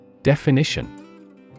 Definition